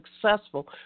successful